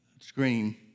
screen